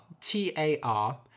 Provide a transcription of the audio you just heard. T-A-R